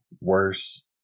worse